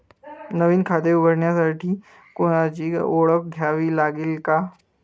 नवीन खाते उघडण्यासाठी कोणाची ओळख द्यावी लागेल का?